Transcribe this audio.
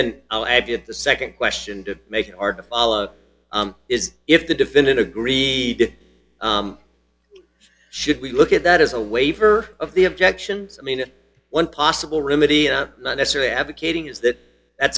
then i'll add to the second question to make it hard to follow is if the defendant agreeing should we look at that as a waiver of the objections i mean one possible remedy not necessarily advocating is that